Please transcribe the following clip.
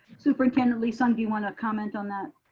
superintendent lee-sung do you wanna comment on that?